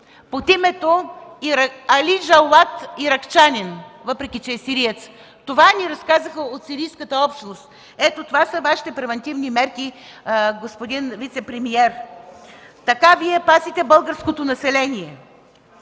от името Али Жауад – иракчанин, въпреки че е сириец. Това ни разказаха от сирийската общност. Ето, това са Вашите превантивни мерки, господин вицепремиер. Така Вие пазите българското население.